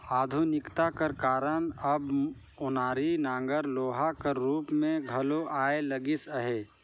आधुनिकता कर कारन अब ओनारी नांगर लोहा कर रूप मे घलो आए लगिस अहे